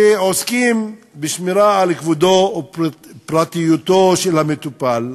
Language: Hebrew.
שעוסקים בשמירה על כבודו ופרטיותו של המטופל,